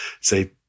say